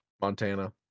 Montana